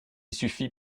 suffit